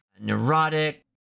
Neurotic